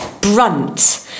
Brunt